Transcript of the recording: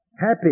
happy